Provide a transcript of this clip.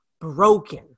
broken